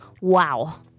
Wow